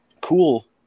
Cool